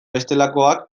bestelakoak